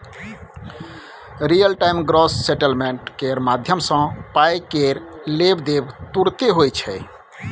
real time gross settlement केर माध्यमसँ पाइ केर लेब देब तुरते होइ छै